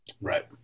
Right